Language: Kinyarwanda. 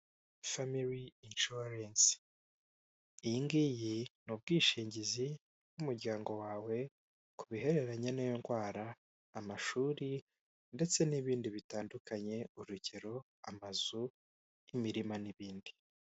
Famili inshuwarensi, iyi ngiyi ni ubwishingizi bw'umuryango wawe ku bihereranye n'indwara, amashuri ndetse n'ibindi bitandukanye, urugero amazu nk'imirima n'ibindi.